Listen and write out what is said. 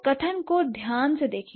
कथन को ध्यान से देखें